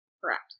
Correct